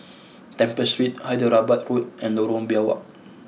Temple Street Hyderabad Road and Lorong Biawak